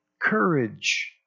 courage